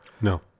No